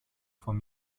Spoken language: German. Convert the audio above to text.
vom